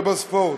באמנות ובספורט.